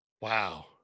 Wow